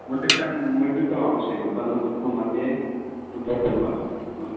मुद्रितं मुद्रितमावश्यकं स्वर्णपुष्पं मध्ये मुद्रितं वा हा